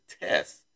test